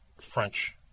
French